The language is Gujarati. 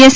એસ